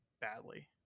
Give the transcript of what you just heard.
badly